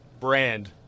brand